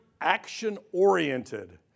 action-oriented